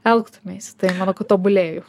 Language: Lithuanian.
elgtumeisi tai kad tobulėju